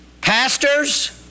Pastors